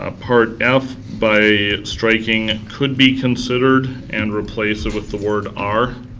ah part f by striking could be considered and replace it with the word are.